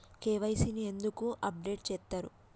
KYC ని ఎందుకు update చేత్తరు?